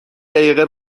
دقیقه